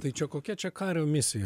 tai čia kokia čia kario misija